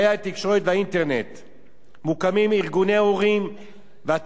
מוקמים ארגוני הורים ואתרי אינטרנט לאבטחת תקשורת